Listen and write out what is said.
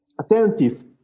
attentive